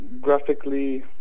graphically